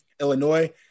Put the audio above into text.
Illinois